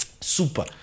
Super